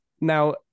Now